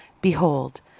Behold